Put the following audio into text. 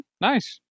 Nice